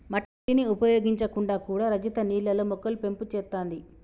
మట్టిని ఉపయోగించకుండా కూడా రజిత నీళ్లల్లో మొక్కలు పెంపు చేత్తాంది